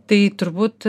tai turbūt